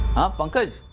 of rajkot.